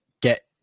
get